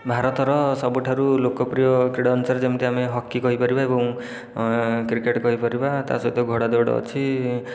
ଭାରତର ସବୁଠାରୁ ଲୋକପ୍ରିୟ କ୍ରୀଡ଼ା ଅନୁସାରେ ଯେମିତି ଆମେ ହକି କହିପାରିବା ଏବଂ କ୍ରିକେଟ କହିପାରିବା ତା' ସହିତ ଘୋଡ଼ା ଦଉଡ଼ ଅଛି